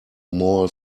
more